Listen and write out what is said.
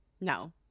No